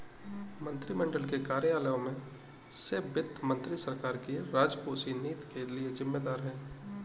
मंत्रिमंडल के कार्यालयों में से वित्त मंत्री सरकार की राजकोषीय नीति के लिए जिम्मेदार है